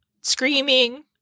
screaming